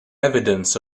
evidence